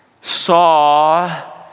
saw